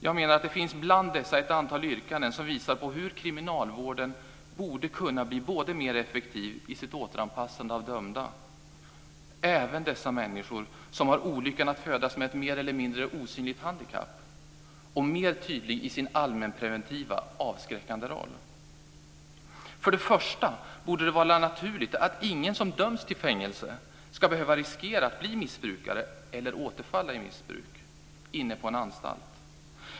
Jag menar att det bland dessa finns ett antal yrkanden som visar hur kriminalvården borde kunna bli både mer effektiv i sitt återanpassande av dömda, även dessa människor som har olyckan att födas med ett mer eller mindre osynligt handikapp, och mer tydlig i sin allmänpreventiva, avskräckande roll. För det första borde det vara naturligt att ingen som döms till fängelse ska behöva riskera att bli missbrukare eller återfalla i missbruk inne på en anstalt.